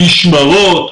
משמרות,